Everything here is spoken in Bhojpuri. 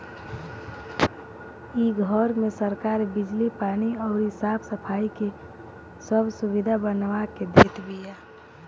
इ घर में सरकार बिजली, पानी अउरी साफ सफाई के सब सुबिधा बनवा के देत बिया